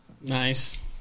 Nice